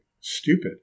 stupid